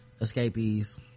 escapees